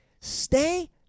stay